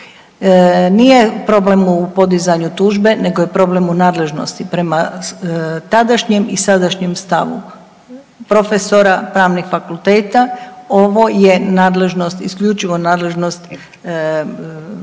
Nije problem u podizanju tužbe nego je problem u nadležnosti. Prema tadašnjem i sadašnjem stavu profesora pravnih fakulteta ovo je nadležnost, isključivo nadležnost međunarodne